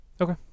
Okay